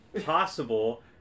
possible